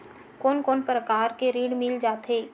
कोन कोन प्रकार के ऋण मिल जाथे?